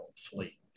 fleet